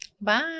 Bye